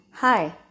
Hi